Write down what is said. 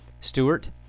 Stewart